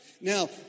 Now